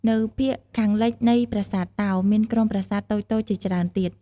នៅភាគខាងលិចនៃប្រាសាទតោ មានក្រុមប្រាសាទតូចៗជាច្រើនទៀត។